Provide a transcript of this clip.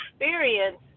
experience